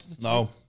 no